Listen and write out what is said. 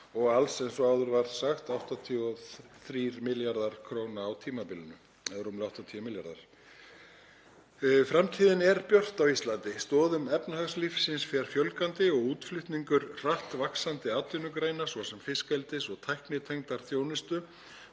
og alls, eins og áður var sagt, 83 milljörðum kr. á tímabilinu. Framtíðin er björt á Íslandi. Stoðum efnahagslífsins fer fjölgandi og útflutningur hratt vaxandi atvinnugreina, svo sem fiskeldis og tæknitengdrar þjónustu,